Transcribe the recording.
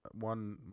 one